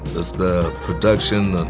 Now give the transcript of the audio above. this the production, and